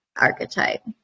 archetype